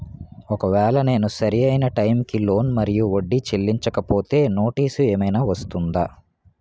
ఒకవేళ నేను సరి అయినా టైం కి లోన్ మరియు వడ్డీ చెల్లించకపోతే నోటీసు ఏమైనా వస్తుందా?